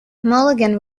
mulligan